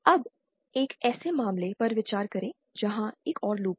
अब एक ऐसे मामले पर विचार करें जहां एक और लूप है